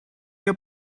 your